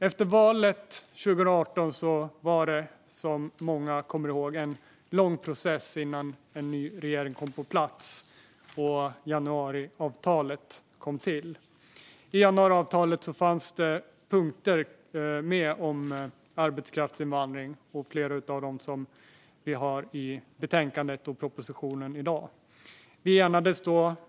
Efter valet 2018 var det en lång process innan en ny regering kom på plats och januariavtalet kom till. I januariavtalet fanns punkter om arbetskraftsinvandring, och flera av dem finns med i de betänkanden vi debatterar i dag.